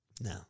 No